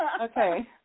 Okay